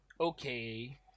okay